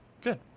Good